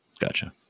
gotcha